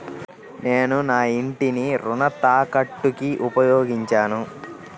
నేను నా ఇంటిని రుణ తాకట్టుకి ఉపయోగించాను